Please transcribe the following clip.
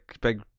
big